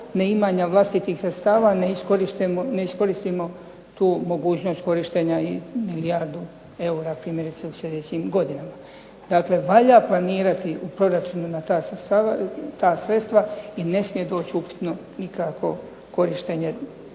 neimanja vlastitih sredstava ne iskoristimo tu mogućnost korištenja i milijardu eura primjerice u sljedećim godinama. Dakle, valja planirati u proračunu na ta sredstva i ne smije doći upitno nikako korištenje